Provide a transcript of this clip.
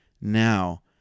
now